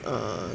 err